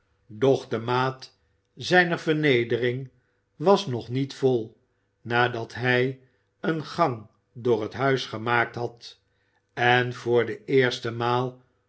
de maat zijner vernedering was nog niet vol nadat hij een gang door het huis gemaakt had en voor de eerste maal